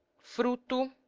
fruta,